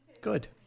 good